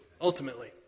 ultimately